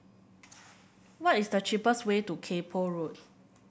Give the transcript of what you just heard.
what is the cheapest way to Kay Poh Road